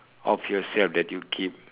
of yourself that you keep